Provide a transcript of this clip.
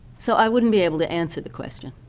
so i wouldn't be able to answer the question.